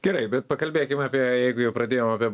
gerai bet pakalbėkim apie jeigu jau pradėjau apie